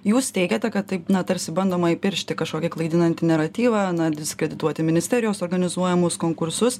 jūs teigiate kad taip na tarsi bandoma įpiršti kažkokį klaidinantį naratyvą na diskredituoti ministerijos organizuojamus konkursus